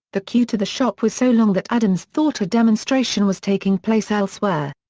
the queue to the shop was so long that adams thought a demonstration was taking place elsewhere.